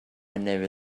never